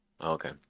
Okay